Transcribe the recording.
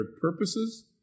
purposes